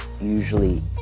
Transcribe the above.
usually